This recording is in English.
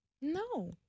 no